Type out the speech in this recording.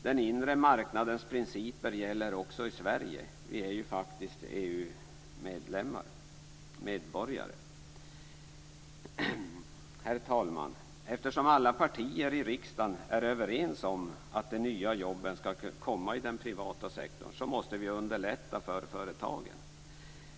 Den inre marknadens principer gäller också i Sverige - vi är faktiskt EU Herr talman! Eftersom alla partier i riksdagen är överens om att de nya jobben skall komma i den privata sektorn måste vi underlätta för företagen.